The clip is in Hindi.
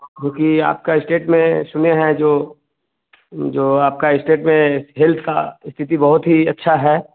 क्यूँकि आपका इस्टेट में सुने हैं जो जो आपका इस्टेट में हेल्थ का स्थिति बहुत ही अच्छा है